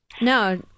No